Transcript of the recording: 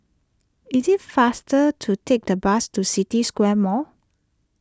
it is faster to take the bus to City Square Mall